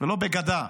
ולא בגדה.